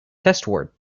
testword